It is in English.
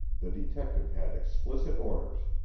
the detective had explicit orders.